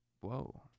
Whoa